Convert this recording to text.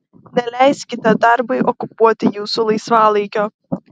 neleiskite darbui okupuoti jūsų laisvalaikio